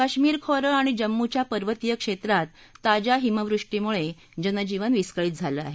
काश्मिर खोरं आणि जम्मूच्या पर्वतीय क्षेत्रात ताज्या हिमवृष्टीमुळे जनजीवन विस्कळीत झालं आहे